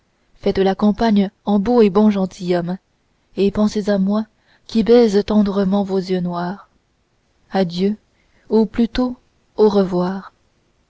faites la campagne en beau et bon gentilhomme et pensez à moi qui baise tendrement vos yeux noirs adieu ou plutôt au revoir